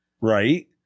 Right